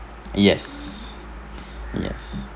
yes yes